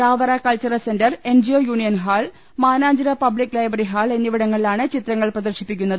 Chavara cultural centre N G O union hall Mananchira public library hall എന്നിവിടങ്ങളിലാണ് ചിത്രങ്ങൾ പ്രദർശിപ്പിക്കുന്നത്